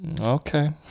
okay